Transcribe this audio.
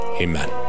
Amen